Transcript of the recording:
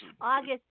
August